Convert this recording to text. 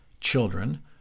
children